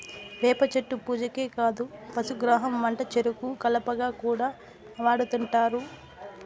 వేప చెట్టు పూజకే కాదు పశుగ్రాసం వంటచెరుకు కలపగా కూడా వాడుతుంటారు